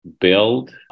build